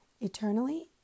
eternally